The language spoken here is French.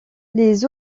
les